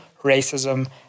racism